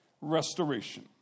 restoration